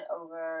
over